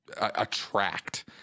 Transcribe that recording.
attract